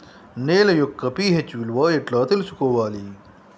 నేల యొక్క పి.హెచ్ విలువ ఎట్లా తెలుసుకోవాలి?